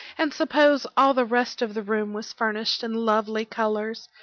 and suppose all the rest of the room was furnished in lovely colors,